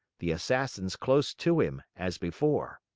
the assassins close to him, as before.